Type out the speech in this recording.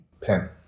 Pen